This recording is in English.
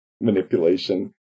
manipulation